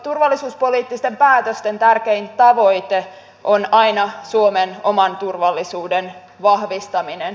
turvallisuuspoliittisten päätösten tärkein tavoite on aina suomen oman turvallisuuden vahvistaminen